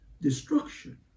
destruction